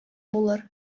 булыр